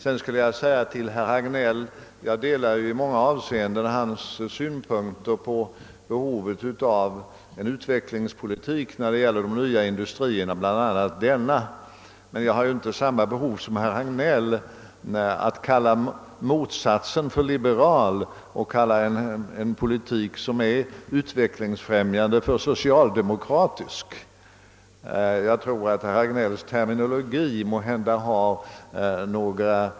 Jag vill vidare säga till herr Hagnell att jag i många avseenden delar hans synpunkter på behovet av en utvecklingspolitik för de nya industrierna, bl.a. den nu aktuella. Jag har dock inte samma behov som herr Hagnell av att kalla en utvecklingsfrämjande politik socialdemokratisk och att kalla en motsatt politik liberal. Jag tror att herr Hagnells terminologi är taktiskt betingad.